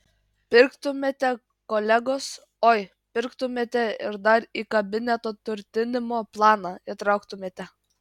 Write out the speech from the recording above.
pirktumėte kolegos oi pirktumėte ir dar į kabineto turtinimo planą įtrauktumėte